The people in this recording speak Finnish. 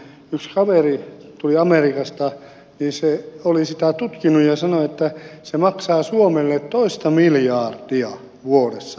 yksi kaveri tuli amerikasta hän oli sitä tutkinut ja sanoi että se maksaa suomelle toista miljardia vuodessa koko homma